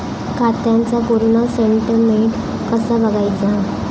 खात्याचा पूर्ण स्टेटमेट कसा बगायचा?